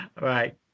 Right